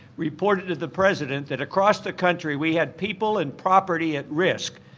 reported to the president that across the country we had people and property and risk,